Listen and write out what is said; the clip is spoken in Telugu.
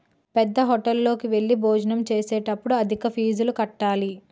పేద్దహోటల్లోకి వెళ్లి భోజనం చేసేటప్పుడు అధిక ఫీజులు కట్టాలి